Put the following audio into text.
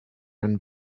and